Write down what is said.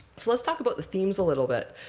let's let's talk about the themes a little bit.